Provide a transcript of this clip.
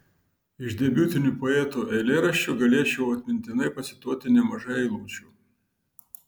iš debiutinių poeto eilėraščių galėčiau atmintinai pacituoti nemažai eilučių